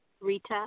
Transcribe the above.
Rita